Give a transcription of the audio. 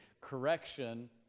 Correction